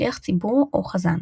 שליח ציבור או חזן